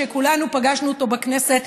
שכולנו פגשנו אותו בכנסת,